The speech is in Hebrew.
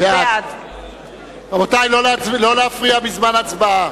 בעד רבותי, לא להפריע בזמן הצבעה.